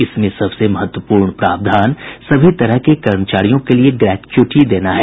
इसमें सबसे महत्वपूर्ण प्रावधान सभी तरह के कर्मचारियों के लिये ग्रेच्यूटी देना है